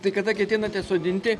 tai kada ketinate sodinti